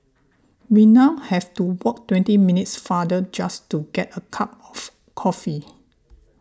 we now have to walk twenty minutes farther just to get a cup of coffee